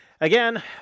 Again